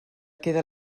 queda